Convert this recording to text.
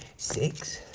six,